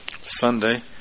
Sunday